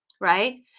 right